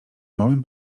małym